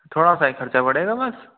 थोड़ा सा ही खर्चा बढ़ेगा बस